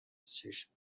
چشمی